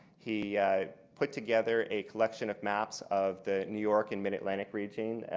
he put together a collection of maps of the new york and mid-atlantic region,